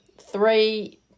Three